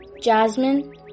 jasmine